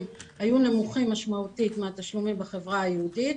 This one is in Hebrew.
היו נמוכים משמעותית מהתשלומים בחברה היהודית,